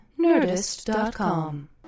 Nerdist.com